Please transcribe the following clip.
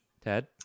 Ted